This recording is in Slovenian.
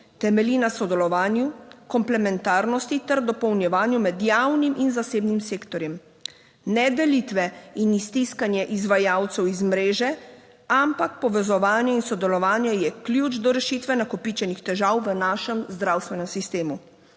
Temelji na sodelovanju, komplementarnosti ter dopolnjevanju med javnim in zasebnim sektorjem. Ne delitve in iztiskanje izvajalcev iz mreže, ampak povezovanje in sodelovanje je ključ do rešitve nakopičenih težav v našem zdravstvenem sistemu.